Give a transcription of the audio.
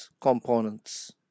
components